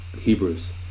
hebrews